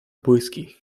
błyski